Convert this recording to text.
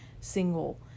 single